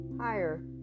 higher